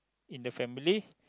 in the family